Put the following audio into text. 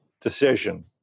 decision